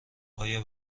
آیا